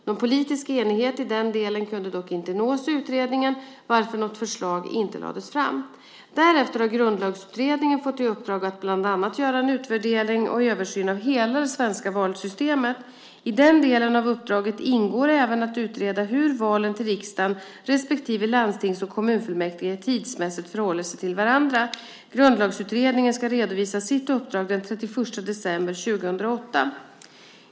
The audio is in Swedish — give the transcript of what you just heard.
Någon politisk enighet i den delen kunde dock inte nås i utredningen, varför något förslag inte lades fram. Därefter har Grundlagsutredningen fått i uppdrag att bland annat göra en utvärdering och översyn av hela det svenska valsystemet. I den delen av uppdraget ingår även att utreda hur valen till riksdagen respektive landstings och kommunfullmäktige tidsmässigt förhåller sig till varandra. Grundlagsutredningen ska redovisa sitt uppdrag den 31 december 2008.